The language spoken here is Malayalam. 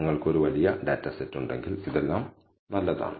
നിങ്ങൾക്ക് ഒരു വലിയ ഡാറ്റ സെറ്റ് ഉണ്ടെങ്കിൽ ഇതെല്ലാം നല്ലതാണ്